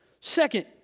Second